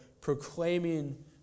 proclaiming